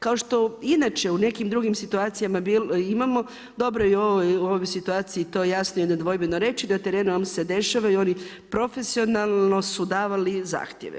Kao što inače u nekim drugim situacijama imamo dobro je i u ovoj situaciji to jasno i nedvojbeno reći na terenu vam se dešavaju … profesionalno su davali zahtjeve.